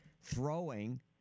throwing